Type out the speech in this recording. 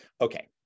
okay